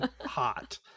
hot